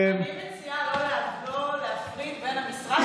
אני מציעה לא להפריד בין המשרד